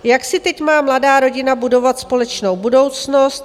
Jak si teď má mladá rodina budovat společnou budoucnost?